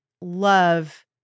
love